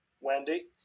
Wendy